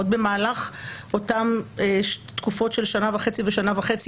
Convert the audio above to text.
עוד במהלך תקופות של שנה וחצי ושנה וחצי